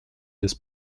des